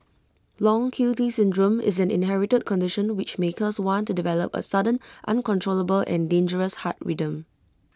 long Q T syndrome is an inherited condition which may cause one to develop A sudden uncontrollable and dangerous heart rhythm